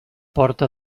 porta